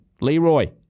Leroy